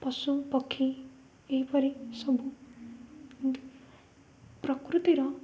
ପଶୁପକ୍ଷୀ ଏହିପରି ସବୁ ପ୍ରକୃତିର